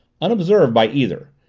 unobserved by either,